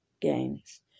games